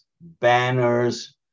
banners